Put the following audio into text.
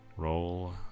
Roll